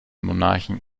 monarchen